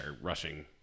rushing